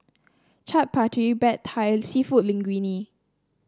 Chaat Papri Pad Thai seafood Linguine